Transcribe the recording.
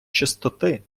чистоти